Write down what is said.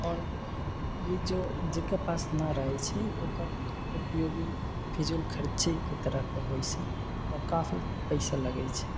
आओर ई जो जकरा पास नहि रहै छै उपयोगी फिजूलखर्चीके तरह होइ छै आओर काफी पइसा लगै छै